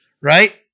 Right